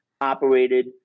operated